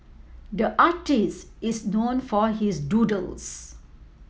the artist is known for his doodles